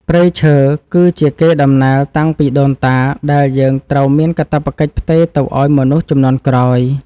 ព្រៃឈើ គឺជាកេរដំណែលតាំងពីដូនតាដែលយើងត្រូវមានកាតព្វកិច្ចផ្ទេរទៅឱ្យមនុស្សជំនាន់ក្រោយ។